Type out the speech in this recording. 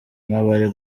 nk’abari